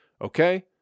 Okay